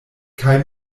kaj